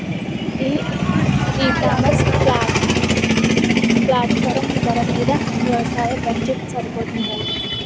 ఈ ecommerce platform ధర మీ వ్యవసాయ బడ్జెట్ సరిపోతుందా?